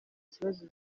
kibazo